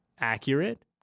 accurate